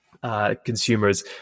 Consumers